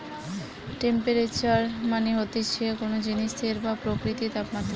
temperature মানে হতিছে কোন জিনিসের বা প্রকৃতির তাপমাত্রা